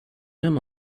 him